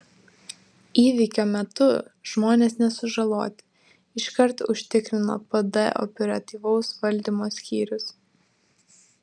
įvykio metu žmonės nesužaloti iškart užtikrino pd operatyvaus valdymo skyrius